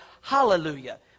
hallelujah